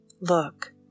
Look